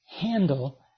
handle